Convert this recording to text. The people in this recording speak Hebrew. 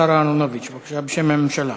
השר אהרונוביץ, בבקשה, בשם הממשלה.